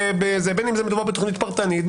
בין אם מדובר בתוכנית פרטנית.